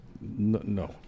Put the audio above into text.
No